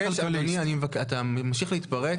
אדוני, אתה ממשיך להתפרץ.